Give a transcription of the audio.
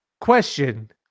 Question